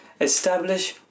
Establish